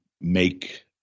make